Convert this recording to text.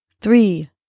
three